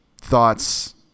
thoughts